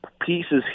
Pieces